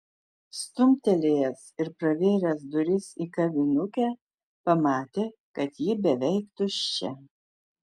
stumtelėjęs ir pravėręs duris į kavinukę pamatė kad ji beveik tuščia